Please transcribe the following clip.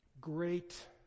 great